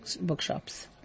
bookshops